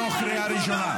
תפסיקו להשתמש בהם